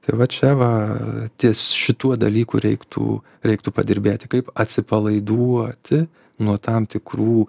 tai va čia va ties šituo dalyku reiktų reiktų padirbėti kaip atsipalaiduoti nuo tam tikrų